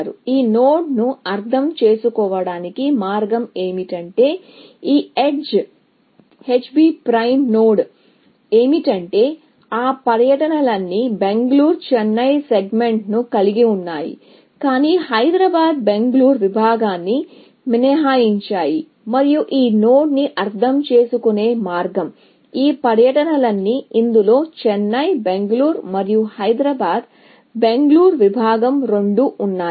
కాబట్టి ఈ నోడ్ను అర్థం చేసుకోవడానికి మార్గం ఏమిటంటే ఈ ఎడ్జ్ H B' నోడ్ ఏమిటంటే ఆ పర్యటనలన్నీ బెంగళూరు చెన్నై సెగ్మెంట్ను కలిగి ఉన్నాయి కానీ హైదరాబాద్ బెంగళూరు విభాగాన్ని మినహాయించాయి మరియు ఈ నోడ్ను అర్థం చేసుకునే మార్గం ఆ పర్యటనలన్నీ ఇందులో చెన్నై బెంగళూరు మరియు హైదరాబాద్ బెంగళూరు విభాగం రెండూ ఉన్నాయి